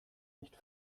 nicht